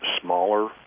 smaller